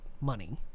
money